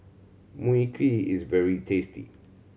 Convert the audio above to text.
Mui Kee is very tasty